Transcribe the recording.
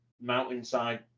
mountainside